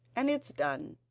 and it's done!